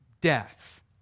death